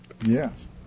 Yes